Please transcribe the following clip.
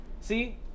See